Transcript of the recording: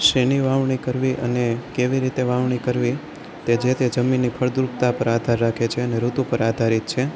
શેની વાવણી કરવી અને કેવી રીતે વાવણી કરવી તે જે તે જમીનની ફળદ્રુપતા પર આધાર રાખે છે ને ઋતુ પર આધારિત છે